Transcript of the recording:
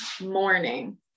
morning